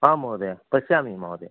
आं महोदया पश्यामि महोदया